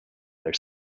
their